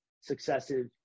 successive